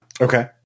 Okay